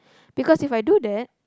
because If I do that